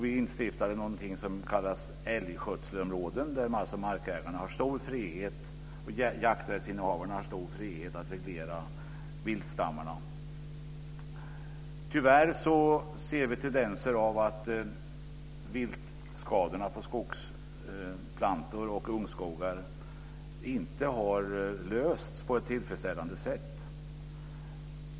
Vi instiftade någonting som kallas älgskötselområden, där alltså markägarna och jakträttsinnehavarna har stor frihet att reglera viltstammarna. Tyvärr ser vi tendenser till att viltskadorna på skogsplantor och ungskog inte har lösts på ett tillfredsställande sätt.